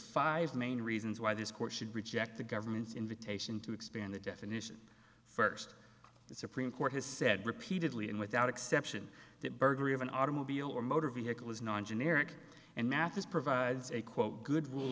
five main reasons why this court should reject the government's invitation to expand the definition first the supreme court has said repeatedly and without exception that burglary of an automobile or motor vehicle is non generic and math this provides a quote good rule